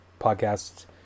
podcasts